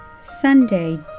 Sunday